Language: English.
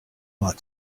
not